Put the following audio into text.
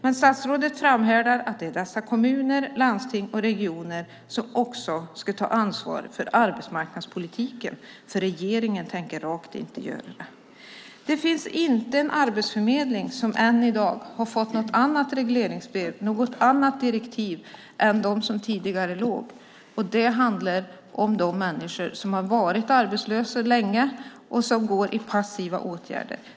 Ändå framhärdar statsrådet i att kommuner, landsting och regioner också ska ta ansvar för arbetsmarknadspolitiken, för regeringen tänker då rakt inte göra det. Det finns inte en arbetsförmedling som ännu fått något annat regleringsbrev, några andra direktiv än de som fanns tidigare och gäller de människor som varit arbetslösa länge och går i passiva åtgärder.